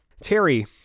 Terry